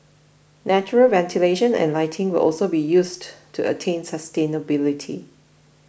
natural ventilation and lighting will also be used to attain sustainability